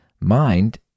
Mind